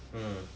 mm